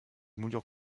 moulures